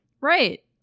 right